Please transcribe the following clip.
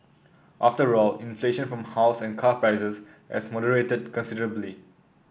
after all inflation from house and car prices has moderated considerably